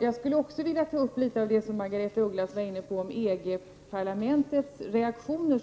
Jag vill också ta upp något av det som Margaretha av Ugglas var inne på om EG-parlamentets reaktioner.